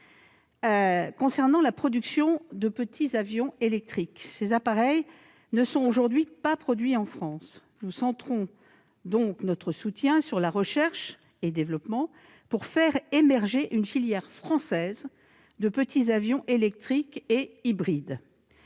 il faut savoir que les petits avions électriques ne sont aujourd'hui pas produits en France. Nous centrons donc notre soutien sur la recherche et développement, la R&D, pour faire émerger une filière française de petits avions électriques et hybrides.